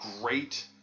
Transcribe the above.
great